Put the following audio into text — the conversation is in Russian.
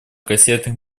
кассетных